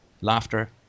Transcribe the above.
laughter